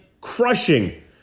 crushing